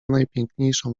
najpiękniejszą